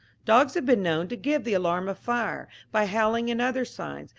dogs have been known to give the alarm of fire, by howling and other signs,